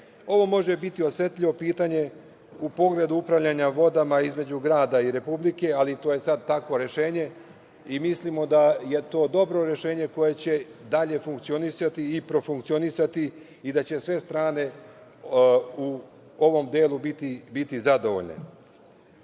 Ovo može biti osetljivo pitanje u pogledu upravljanja vodama između grada i Republike, ali to je sad takvo rešenje i mislimo da je to dobro rešenje koje će dalje funkcionisati i profunkcionisati i da će sve strane u ovom delu biti zadovoljne,